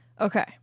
Okay